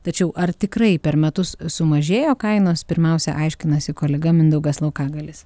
tačiau ar tikrai per metus sumažėjo kainos pirmiausia aiškinasi kolega mindaugas laukagalis